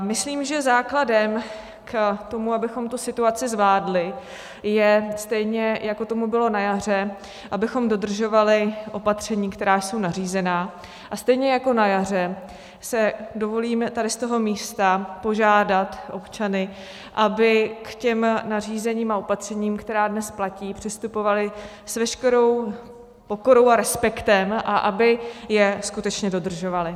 Myslím, že základem k tomu, abychom situaci zvládli, je stejně, jako tomu bylo na jaře, abychom dodržovali opatření, která jsou nařízená, a stejně jako na jaře si dovolím tady z tohoto místa požádat občany, aby k nařízením a opatřením, která dnes platí, přistupovali s veškerou pokorou a respektem a aby je skutečně dodržovali.